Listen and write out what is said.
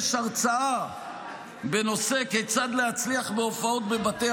יש הרצאה בנושא כיצד להצליח בהופעות בבתי